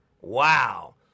Wow